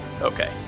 Okay